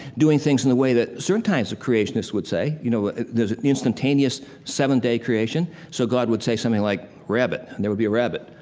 doing things in the way that certain type of creationists would say. you know, there's an instantaneous seven-day creation. so god would say something like rabbit, and there would be a rabbit.